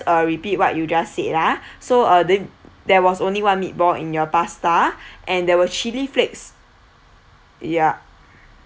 uh repeat what you just said ah so uh then there was only one meatball in your pasta and there were chilli flakes yup